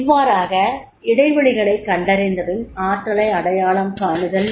இவ்வாறாக இடைவெளிகளைக் கண்டறிந்தபின் ஆற்றலை அடையாளம் காணுதல்